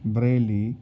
Bareilly